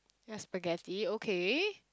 a spaghetti okay